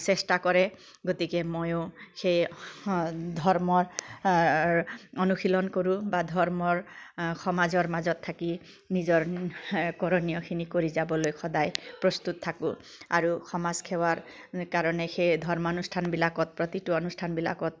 চেষ্টা কৰে গতিকে ময়ো সেই ধৰ্মৰ অনুশীলন কৰোঁ বা ধৰ্মৰ সমাজৰ মাজত থাকি নিজৰ কৰণীয়খিনি কৰি যাবলৈ সদায় প্ৰস্তুত থাকোঁ আৰু সমাজসেৱাৰ কাৰণে সেই ধৰ্মানুষ্ঠানবিলাকত প্ৰতিটো অনুষ্ঠানবিলাকত